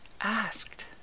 asked